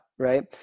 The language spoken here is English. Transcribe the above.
right